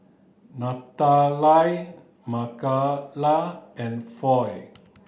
Natalia Makaila and Floy